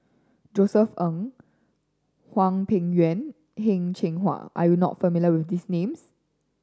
Josef Ng Hwang Peng Yuan Heng Cheng Hwa are you not familiar with these names